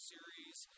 Series